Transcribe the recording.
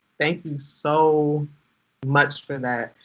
thank you so much for that.